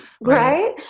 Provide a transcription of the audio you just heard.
right